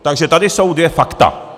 Takže tady jsou dvě fakta.